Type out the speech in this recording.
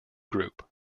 group